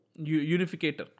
unificator